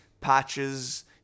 patches